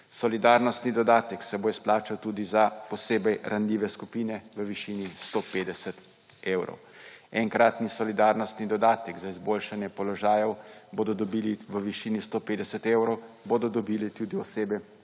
Solidarnostni dodatek se bo izplačal tudi za posebej ranljive skupine v višini 150 evrov. Enkratni solidarnostni dodatek za izboljšanje položajev bodo dobili v višini 150 evrov tudi osebe,